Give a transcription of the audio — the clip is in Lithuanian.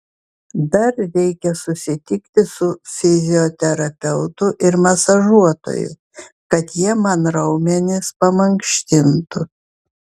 dar reikia susitikti su fizioterapeutu ir masažuotoju kad jie man raumenis pamankštintų